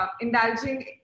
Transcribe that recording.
indulging